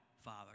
Father